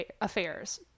Affairs